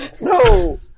No